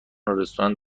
رستوران